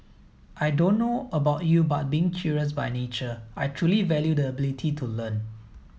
I don't know about you but being curious by nature I truly value the ability to learn